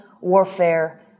Warfare